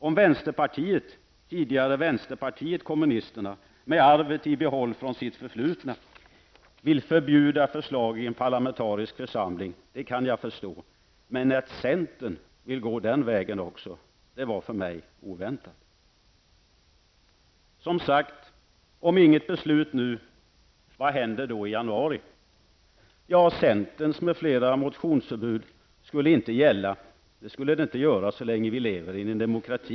Om vänsterpartiet -- tidigare vänsterpartiet kommunisterna med arvet i behåll från sitt förflutna -- vill förbjuda förslag i en parlamentarisk församling kan jag förstå det, men att centern vill gå den vägen också, det var för mig oväntat. Som sagt, om inget beslut fattas nu, vad händer då i januari? Centerns m.fl. motionsförbud skulle inte gälla så länge vi lever i en demokrati.